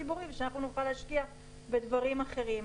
הציבורי ושאנחנו נוכל להשקיע בדברים אחרים.